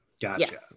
Gotcha